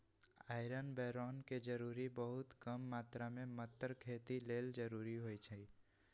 iron boron के जरूरी बहुत कम मात्र में मतर खेती लेल जरूरी होइ छइ